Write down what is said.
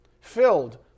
filled